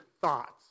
thoughts